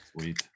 Sweet